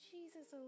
Jesus